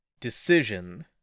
Decision